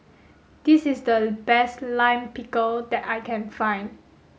this is the best Lime Pickle that I can find